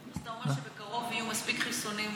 אתה אומר שבקרוב יהיו מספיק חיסונים.